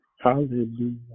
Hallelujah